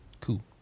Cool